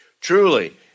Truly